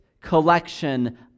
collection